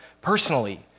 personally